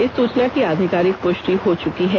इस सुचना की आधिकारिक पृष्टि हो चुकी है